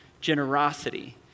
generosity